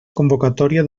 convocatòria